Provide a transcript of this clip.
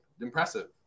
impressive